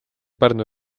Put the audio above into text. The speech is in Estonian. pärnu